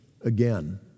again